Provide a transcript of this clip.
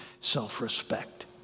self-respect